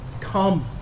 Come